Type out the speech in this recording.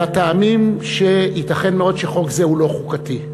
מהטעמים שייתכן מאוד שחוק זה הוא לא חוקתי.